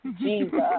Jesus